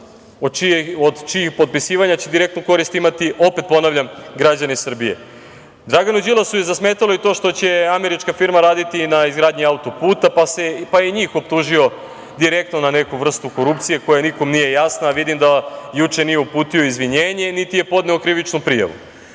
od čijeg potpisivanja će direktnu korist imati, opet ponavljam, građani Srbije. Draganu Đilasu je zasmetalo i to što će američka firma raditi na izgradnji auto-puta, pa je i njih optužio direktno za neku vrstu korupcije, koja nikom nije jasna. Vidim da juče nije uputio izvinjenje, niti je podneo krivičnu prijavu. Ono